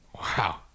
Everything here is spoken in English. Wow